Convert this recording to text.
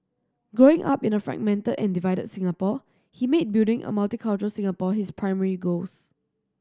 growing up in a fragmented and divided Singapore he made building a multicultural Singapore his primary goals